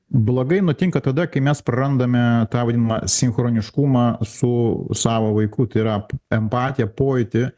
blogai nutinka tada kai mes prarandame tą vadinamą sinchroniškumą su savo vaiku tai yra empatiją pojūtį